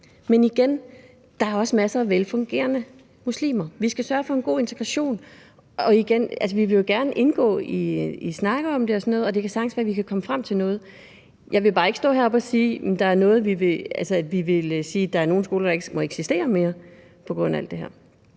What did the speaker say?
men, igen, der er også masser af velfungerende muslimer. Vi skal sørge for en god integration. Igen: Vi vil jo gerne indgå i snakke om det og sådan noget, og det kan sagtens være, at vi kan komme frem til noget. Jeg vil bare ikke stå heroppe og sige, at der er nogle skoler, der ikke må eksistere mere på grund af alt det